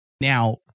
Now